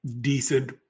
decent